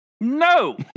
No